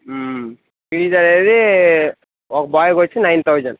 fees అది అది ఒక బాయ్కి వచ్చి నైన్ థౌసండ్